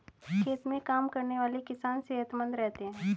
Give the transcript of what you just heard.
खेत में काम करने वाले किसान सेहतमंद रहते हैं